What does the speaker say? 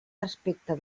respecte